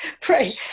Pray